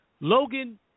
Logan